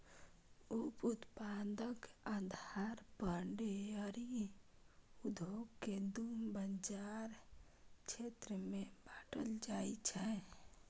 उप उत्पादक आधार पर डेयरी उद्योग कें दू बाजार क्षेत्र मे बांटल जाइ छै